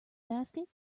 basket